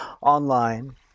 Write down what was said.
online